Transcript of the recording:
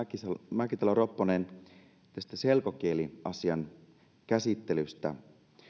mäkisalo ropponen tästä selkokieliasian käsittelystä